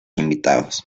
invitados